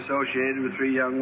associated with three young